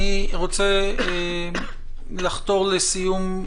אני רוצה לחתור לסיום.